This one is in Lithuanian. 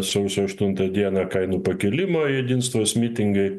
sausio aštuntą dieną kainų pakėlimo jedinstvos mitingai